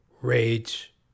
Rage